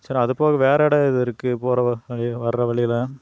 சரி அதுபோக வேற இடம் எது இருக்குது போற வ வழியில் வர்ற வழியில்